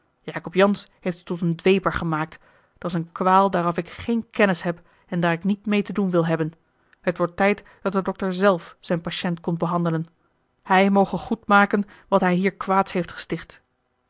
jacob jansz heeft u tot een dweper gemaakt dat's een kwaal daaraf ik geene kennis heb en daar ik niet meê te doen wil hebben het wordt tijd dat de dokter zelf zijn patiënt komt behandelen hij moge goed maken wat hij hier kwaads heeft gesticht